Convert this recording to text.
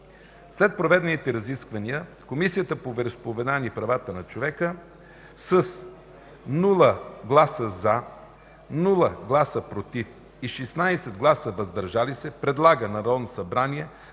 След проведените разисквания Комисията по вероизповеданията и правата на човека: с 0 гласа „за”, 0 гласа „против” и 16 гласа „въздържали се” предлага на Народното събрание